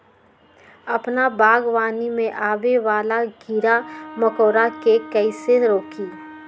अपना बागवानी में आबे वाला किरा मकोरा के कईसे रोकी?